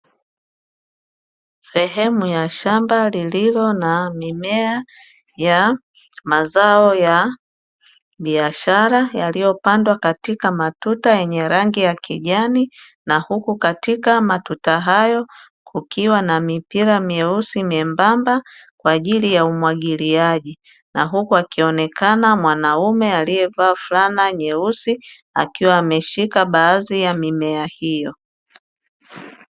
Sehemu ya shamba lililo na mimea ya mazao ya biashara yaliyopandwa katika matuta yenye rangi ya kijani na huku katika matuta hayo, kukiwa na mipira meusi membamba, kwa ajili ya umwagiliaji na huku akionekana mwanaume aliyevaa fulana nyeusi akiwa ameshika baadhi ya mimea hiyo.